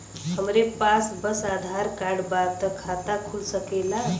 हमरे पास बस आधार कार्ड बा त खाता खुल सकेला?